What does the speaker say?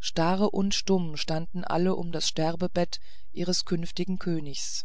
starr und stumm standen all um das sterbebette ihres künftigen königs